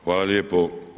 Hvala lijepo.